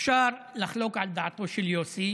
אפשר לחלוק על דעתו של יוסי,